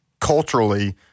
culturally